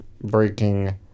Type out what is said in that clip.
breaking